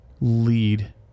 lead